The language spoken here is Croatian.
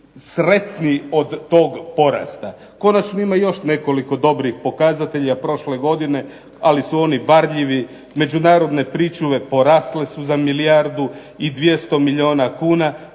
sretniji od tog porasta. Konačno ima još nekoliko dobrih pokazatelja prošle godine. Ali oni su varljivi, međunarodne pričuve porasle su za milijardu i 200 milijuna kuna,